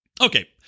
Okay